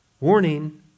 Warning